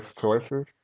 choices